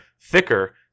thicker